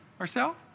Ourself